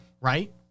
right